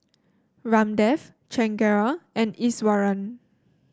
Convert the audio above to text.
Ramdev Chengara and Iswaran